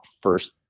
first